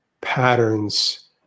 patterns